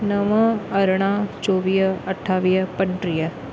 नव अरिड़हं चोवीह अठावीह पंटीह